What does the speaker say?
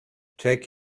take